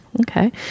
okay